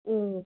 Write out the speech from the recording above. ꯎꯝ